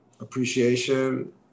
appreciation